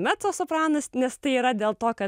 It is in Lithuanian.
mecosopranas nes tai yra dėl to kad